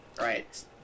right